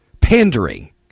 pandering